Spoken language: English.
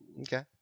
Okay